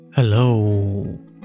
Hello